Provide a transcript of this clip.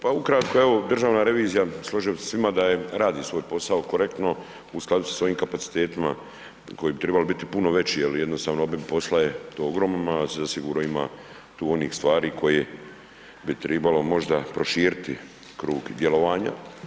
Pa ukratko, evo, državna revizija, složio bih se sa svima, da je radi svoj posao korektno, u skladu sa svojim kapacitetima koji bi trebali biti puno veći, jer jednostavno, obim posla je ogromno, zasigurno ima tu onih stvari koje bi trebalo možda proširiti krug djelovanja.